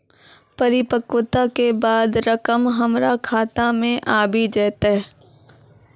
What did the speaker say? परिपक्वता के बाद रकम हमरा खाता मे आबी जेतै?